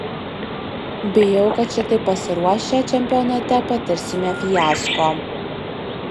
bijau kad šitaip pasiruošę čempionate patirsime fiasko